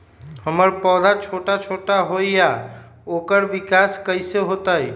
हमर पौधा छोटा छोटा होईया ओकर विकास कईसे होतई?